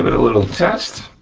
a little test,